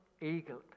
eagle